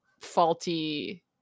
faulty